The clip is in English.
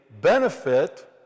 benefit